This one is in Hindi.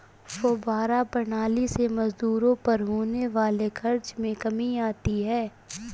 फौव्वारा प्रणाली से मजदूरों पर होने वाले खर्च में कमी आती है